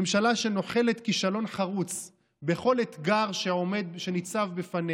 ממשלה שנוחלת כישלון חרוץ בכל אתגר שניצב בפניה.